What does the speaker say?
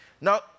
Now